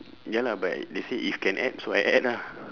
ya lah but they say if can add so I add ah